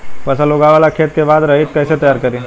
फसल उगवे ला खेत के खाद रहित कैसे तैयार करी?